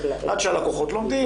עד שהלקוחות לומדים,